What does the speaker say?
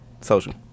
Social